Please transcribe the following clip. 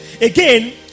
Again